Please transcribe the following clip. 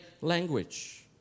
language